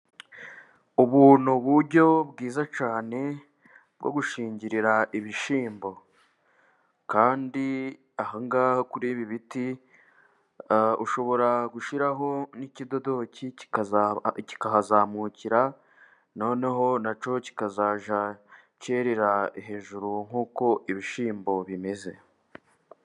Ubu ni buryo bwiza cyane bwo gushingirira ibishyimbo. Kandi ahangahangaha kuri ibi biti, ushobora gushyiraho n'ikidodoki kikahazamukira, noneho na cyo kikazajya kerera hejuru nk'uko ibishyimbo bimeze.